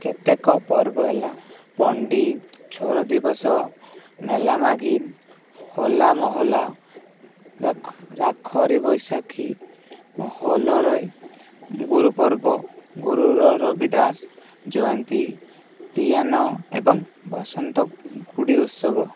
କେତେକ ପର୍ବ ହେଲା ପଣ୍ଡି ଛୋର ଦିବସ ମେଲା ମାଘୀମ ହୋଲା ମହଲ୍ଲା ରା ରାଖରୀ ବୈଶାଖୀ ହୋଲରଇ ଗୁରପର୍ବ ଗୁରୁର ରବିଦାସ ଜୟନ୍ତୀ ତୀୟାନ ଏବଂ ବସନ୍ତ ଗୁଡ଼ି ଉତ୍ସବ